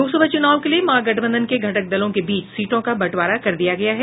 लोकसभा चुनाव के लिए महागठबंधन के घटक दलों के बीच सीटों का बंटवारा कर दिया गया है